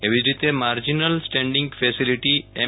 એવી જ રીતે માર્જિનલ સ્ટેન્ડીંગ ફેસીલીટી એમ